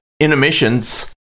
intermissions